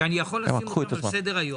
שאני יכול לשים אותן על סדר היום.